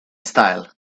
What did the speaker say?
style